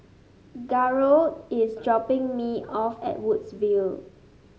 Garold is dropping me off at Woodsville